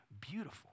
beautiful